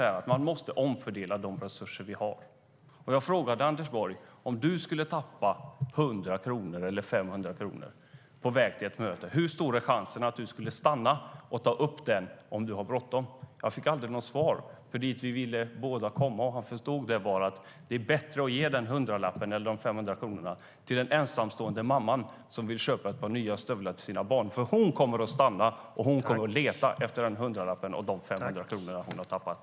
Vi måste omfördela de resurser vi har, så jag frågade Anders Borg: Om du skulle tappa 100 kronor eller 500 kronor på väg till ett möte, hur stor är chansen att du skulle stanna och ta upp pengarna om du hade bråttom? Jag fick aldrig något svar. Dit jag ville komma var, vilket han förstod, är att det bättre att ge hundralappen eller de 500 kronorna till en ensamstående mamma som vill köpa ett par nya stövlar till sitt barn. Hon kommer nämligen att stanna och leta efter den hundralappen eller de 500 kronorna hon har tappat.